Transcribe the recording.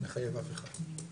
מחייב אף אחד.